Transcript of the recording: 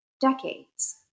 decades